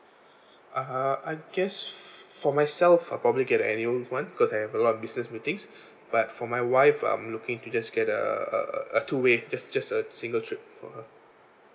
ah ha I guess for myself I probably get an annual one because I have a lot of business meetings but for my wife I'm looking to just get a a a a two way just just a single trip for her